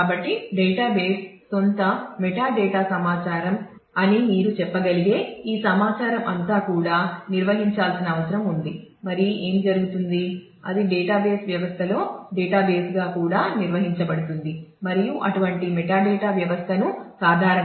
కాబట్టి డేటాబేస్ సొంత మెటాడేటా అని పిలుస్తారు